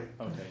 Okay